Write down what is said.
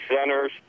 centers